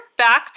backpack